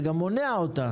אתה גם מונע אותה.